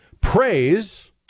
praise